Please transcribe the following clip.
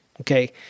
Okay